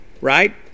right